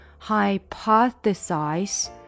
hypothesize